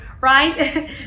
right